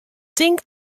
tink